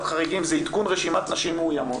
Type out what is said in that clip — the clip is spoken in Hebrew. חריגים זה עדכון רשימת נשים מאוימות,